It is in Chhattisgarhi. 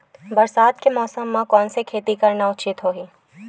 बरसात के मौसम म कोन से खेती करना उचित होही?